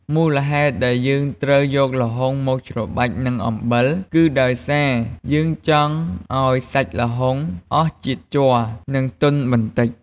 មូលហេតុដែលយើងត្រូវយកល្ហុងមកច្របាច់នឹងអំបិល គឺដោយសារយើងចង់ឱ្យសាច់ល្ហុងអស់ជាតិជ័រ និងទន់បន្តិច។